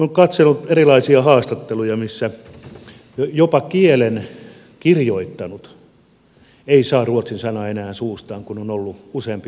olen katsellut erilaisia haastatteluja missä jopa kielen kirjoittanut ei saa ruotsin sanaa enää suustaan kun on ollut useampi vuosi välissä